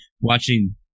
watching